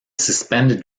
suspended